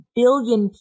billion